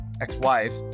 ex-wife